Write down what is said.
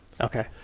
Okay